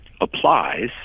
applies